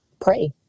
pray